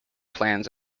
plans